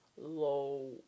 low